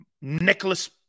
Nicholas